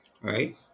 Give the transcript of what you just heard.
Right